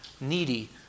needy